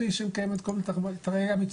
כדי להכניס 15 קבוצות במקביל להר הבית,